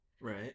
Right